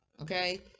okay